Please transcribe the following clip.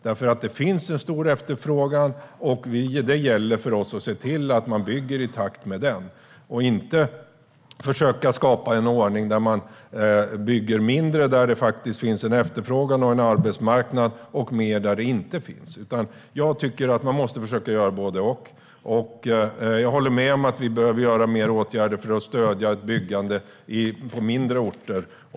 Det finns nämligen stor efterfrågan, och det gäller för oss att se till att man bygger i takt med den. Vi ska inte försöka skapa en ordning där man bygger mindre där det finns efterfrågan och arbetsmarknad och mer där det inte finns. Man måste försöka göra både och. Jag håller med om att det behövs fler åtgärder för att stödja ett byggande på mindre orter.